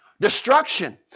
Destruction